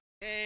Hey